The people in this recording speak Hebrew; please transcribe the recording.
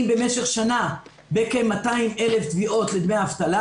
במשך שנה בכ-200,000 תביעות לדמי אבטלה.